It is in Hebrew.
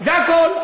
זה הכול.